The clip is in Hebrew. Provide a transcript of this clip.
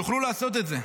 יוכלו לעשות את זה.